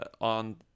on